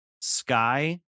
Sky